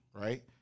right